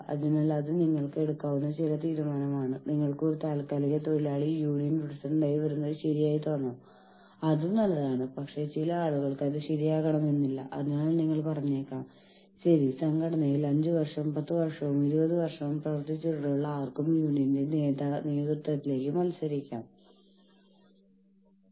സ്ഥാപനത്തിലെ ജീവനക്കാർ ജീവനക്കാരുടെ സംഘടനകൾ ഓർഗനൈസേഷൻ അഡ്മിനിസ്ട്രേറ്റീവ് സംഘടനകൾ എന്നിവ തമ്മിലുള്ള ബന്ധം എങ്ങനെയായിരിക്കണം എന്നതിനെക്കുറിച്ച് സംസാരിക്കുന്ന വിവിധ നിയമങ്ങൾ ഇന്ത്യയിൽ നമുക്കുണ്ട്